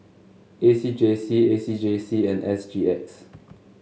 A C J C A C J C and S G X